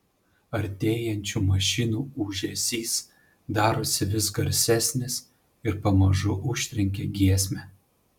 artėjančių mašinų ūžesys darosi vis garsesnis ir pamažu užtrenkia giesmę